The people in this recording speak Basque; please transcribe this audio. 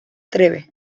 trebe